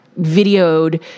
videoed